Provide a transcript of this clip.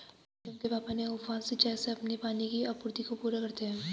प्रीतम के पापा ने उफान सिंचाई से अपनी पानी की आपूर्ति को पूरा करते हैं